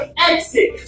exit